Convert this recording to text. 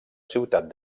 ciutat